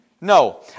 No